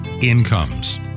incomes